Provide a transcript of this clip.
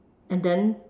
and then